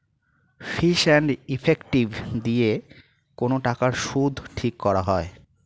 fees and effective দিয়ে কোন টাকার সুদ ঠিক করা হয়